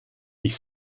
ich